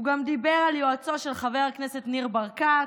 הוא גם דיבר על יועצו של חבר הכנסת ניר ברקת,